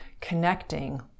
connecting